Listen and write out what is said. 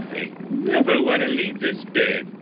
i never want to leave this bed.